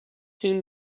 soon